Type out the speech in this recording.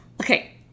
okay